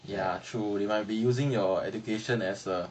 ya true you might be using your education as a